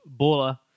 Baller